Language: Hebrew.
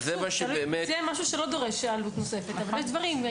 אז זה משהו שלא דורש עלות נוספת אבל יש דברים שכן.